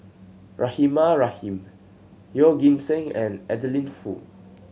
Rahimah Rahim Yeoh Ghim Seng and Adeline Foo